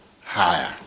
higher